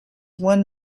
one